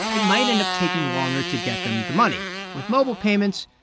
it might end up taking longer to get them the money. with mobile payments,